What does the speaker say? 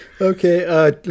Okay